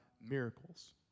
miracles